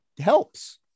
helps